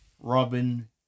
Robin